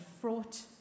fraught